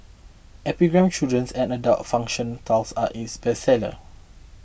epigram's children's and adult fiction titles are its bestsellers